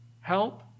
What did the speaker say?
Help